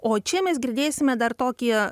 o čia mes girdėsime dar tokį